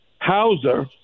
Hauser